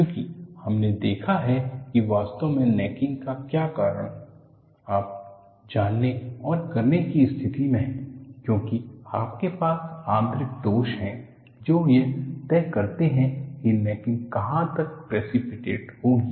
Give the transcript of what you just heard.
चूंकि हमने देखा है कि वास्तव में नेकिंग का क्या कारण है आप जानने और करने की स्थिति में हैं क्योंकि आपके पास आंतरिक दोष हैं जो यह तय करते हैं कि नेकिंग कहाँ तक प्रेसीपिटेट होगी